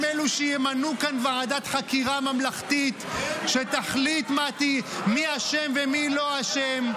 הם אלה שימנו כאן ועדת חקירה ממלכתית שתחליט מי אשם ומי לא אשם.